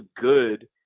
good